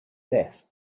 death